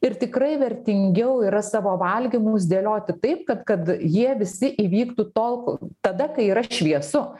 ir tikrai vertingiau yra savo valgymus dėlioti taip kad kad jie visi įvyktų tol kol tada kai yra šviesu